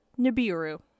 Nibiru